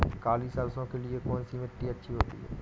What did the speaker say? काली सरसो के लिए कौन सी मिट्टी अच्छी होती है?